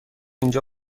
اینجا